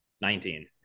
Nineteen